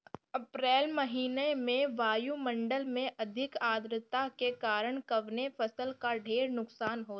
अप्रैल महिना में वायु मंडल में अधिक आद्रता के कारण कवने फसल क ढेर नुकसान होला?